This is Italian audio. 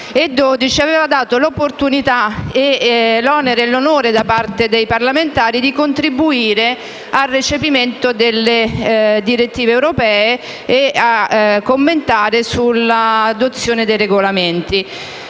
aveva dato l'opportunità, l'onere e l'onore ai parlamentari di contribuire al recepimento delle direttive europee e di commentare l'adozione dei regolamenti.